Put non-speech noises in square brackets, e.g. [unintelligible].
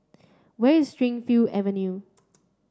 where is [unintelligible] Avenue